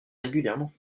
régulièrement